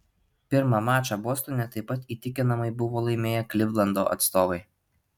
pirmą mačą bostone taip pat įtikinamai buvo laimėję klivlando atstovai